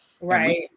Right